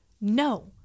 no